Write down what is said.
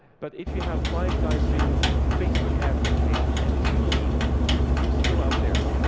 but if you have five guys doing facebook ad campaigns and two leave, you're you're still out there.